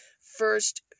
First